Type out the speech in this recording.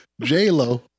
J-Lo